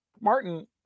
Martin